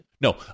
No